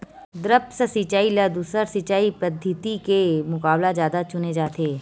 द्रप्स सिंचाई ला दूसर सिंचाई पद्धिति के मुकाबला जादा चुने जाथे